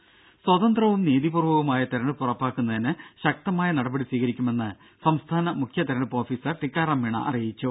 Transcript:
രുര സ്വതന്ത്രവും നീതിപൂർവ്വകവുമായ തെരഞ്ഞെടുപ്പ് ഉറപ്പാക്കുന്നതിന് ശക്തമായ നടപടി സ്വീകരിക്കുമെന്ന് സംസ്ഥാന മുഖ്യ തെരഞ്ഞെടുപ്പ് ഓഫീസർ ടിക്കാറാം മീണ പറഞ്ഞു